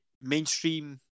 mainstream